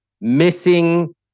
missing